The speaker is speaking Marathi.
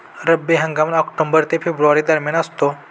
रब्बी हंगाम ऑक्टोबर ते फेब्रुवारी दरम्यान असतो